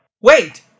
Wait